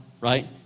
right